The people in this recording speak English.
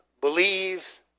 believe